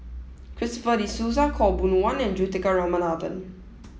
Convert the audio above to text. Christopher De Souza Khaw Boon Wan and Juthika Ramanathan